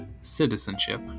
citizenship